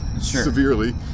severely